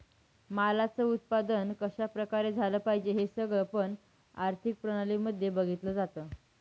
मालाच उत्पादन कशा प्रकारे झालं पाहिजे हे सगळं पण आर्थिक प्रणाली मध्ये बघितलं जातं